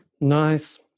nice